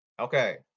Okay